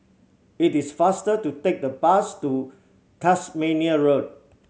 it is faster to take the bus to Tasmania Road